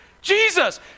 Jesus